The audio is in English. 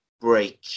break